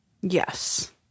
Yes